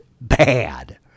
bad